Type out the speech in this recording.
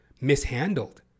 mishandled